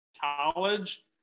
college